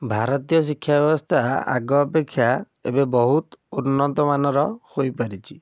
ଭାରତୀୟ ଶିକ୍ଷା ବ୍ୟବସ୍ଥା ଆଗ ଅପେକ୍ଷା ଏବେ ବହୁତ ଉନ୍ନତ ମାନର ହୋଇପାରିଛି